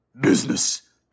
business